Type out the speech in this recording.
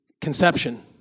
conception